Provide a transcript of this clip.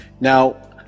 Now